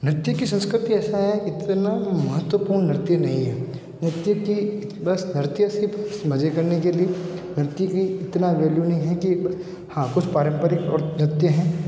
नृत्य की संस्कृति ऐसा है इतना महत्वपूर्ण नृत्य नहीं है नृत्य की बस नृत्य सिर्फ़ मज़े करने के लिए नृत्य की इतना वैल्यू नहीं है कि हाँ कुछ पारंपरिक और नृत्य हैं